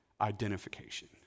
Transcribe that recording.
identification